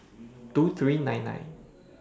two three nine nine